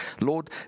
Lord